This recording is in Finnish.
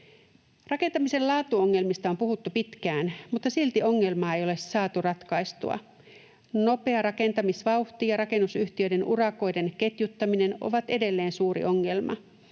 Rakentamisen laatuongelmista on puhuttu pitkään, mutta silti ongelmaa ei ole saatu ratkaistua. Nopea rakentamisvauhti ja rakennusyhtiöiden urakoiden ketjuttaminen ovat edelleen suuri ongelma.